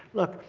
look,